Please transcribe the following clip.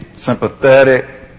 sympathetic